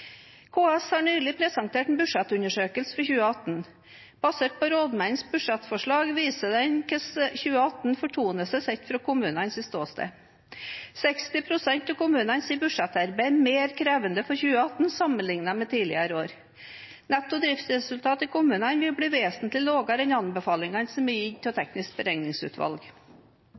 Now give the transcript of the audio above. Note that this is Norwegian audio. KS har nylig presentert en budsjettundersøkelse for 2018. Basert på rådmennenes budsjettforslag viser den hvordan 2018 fortoner seg sett fra kommunenes ståsted. 60 pst. av kommunene sier budsjettarbeidet er mer krevende for 2018 sammenlignet med tidligere år. Netto driftsresultat i kommunene vil bli vesentlig lavere enn anbefalingene som er gitt av Teknisk beregningsutvalg.